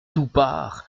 toupart